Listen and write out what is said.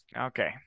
Okay